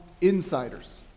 insiders